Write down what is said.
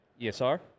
ESR